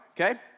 okay